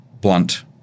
blunt